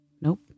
Nope